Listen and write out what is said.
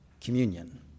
communion